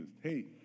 Hey